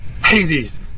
Hades